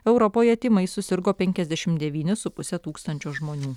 europoje tymais susirgo penkiasdešim devyni su puse tūkstančio žmonių